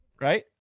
Right